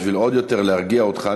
בשביל להרגיע אותך עוד יותר,